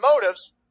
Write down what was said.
motives